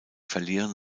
verlieren